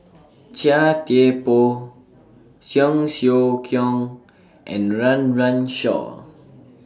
Chia Thye Poh Cheong Siew Keong and Run Run Shaw